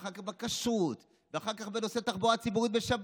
ואחר כך על כשרות ואחר כך על נושא התחבורה הציבורית בשבת